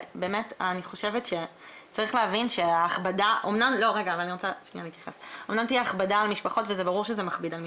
אמנם תהיה הכבדה על משפחות וזה ברור שזה מכביד על משפחות,